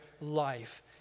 life